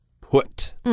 put